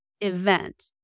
event